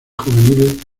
juveniles